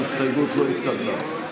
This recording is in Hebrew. ההסתייגות לא התקבלה.